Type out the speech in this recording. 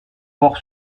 port